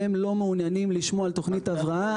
הם לא מעוניינים לשמוע על תוכנית הבראה,